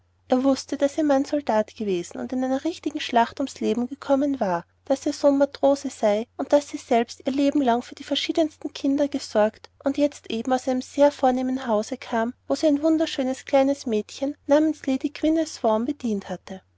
er wußte daß ihr mann soldat gewesen und in einer richtigen schlacht ums leben gekommen war daß ihr sohn matrose sei und daß sie selbst ihr lebenlang für die verschiedensten kinder gesorgt und jetzt eben aus einem sehr vornehmen hause kam wo sie ein wunderschönes kleines mädchen namens lady gwyneth vaughn bedient hatte